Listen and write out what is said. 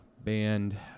band